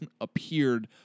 appeared